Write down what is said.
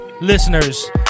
listeners